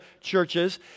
churches